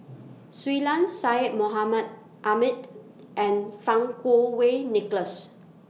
Shui Lan Syed Mohamed Ahmed and Fang Kuo Wei Nicholas